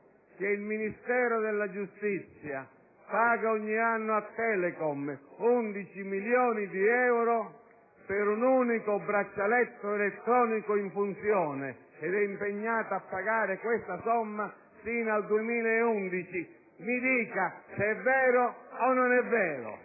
che il Ministero della giustizia paga ogni anno a Telecom 11 milioni di euro per un unico braccialetto elettronico in funzione ed è impegnato a pagare questa somma sino al 2011? Mi dica, è vero o non è vero?